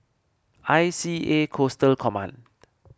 I C A Coastal Command